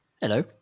Hello